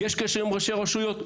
יש קשר עם ראשי רשויות?